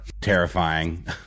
terrifying